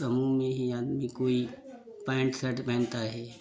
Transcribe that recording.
समूह में ही आदमी कोई पैंट सर्ट पहनता है